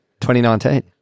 2019